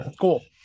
cool